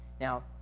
Now